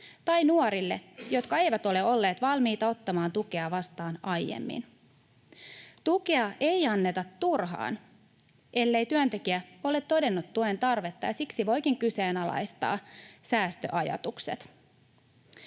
tai nuorille, jotka eivät ole olleet valmiita ottamaan tukea vastaan aiemmin. Tukea ei anneta turhaan, ellei työntekijä ole todennut tuen tarvetta, ja siksi voikin kyseenalaistaa säästöajatukset.